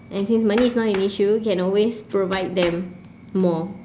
and since money is not an issue you can always provide them more